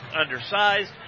undersized